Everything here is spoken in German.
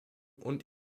und